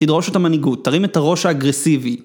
תדרוש את המנהיגות, תרים את הראש האגרסיבי